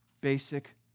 basic